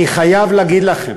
אני חייב להגיד לכם,